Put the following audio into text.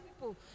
people